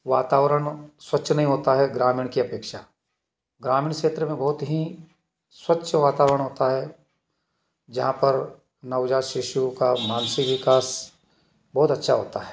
वातावरण स्वच्छ नहीं होता है ग्रामीण की अपेक्षा ग्रामीण क्षेत्र में बहुत ही स्वच्छ वातावरण होता है जहाँ पर नवजात शिशु का मानसिक विकास बहुत अच्छा होता है